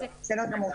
בסדר גמור.